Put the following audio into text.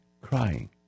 crying